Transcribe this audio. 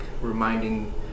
reminding